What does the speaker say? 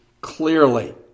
clearly